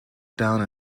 down